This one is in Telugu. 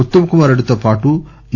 ఉత్తమ్కుమార్రెడ్డితో పాటు ఏ